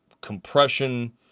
compression